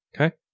Okay